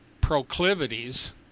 proclivities